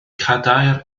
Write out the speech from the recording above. cadair